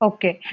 Okay